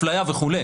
אפליה וכו',